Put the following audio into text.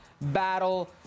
battle